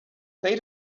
play